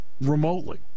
Remotely